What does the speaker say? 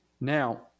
Now